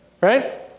right